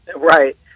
Right